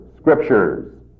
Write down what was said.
scriptures